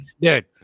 dude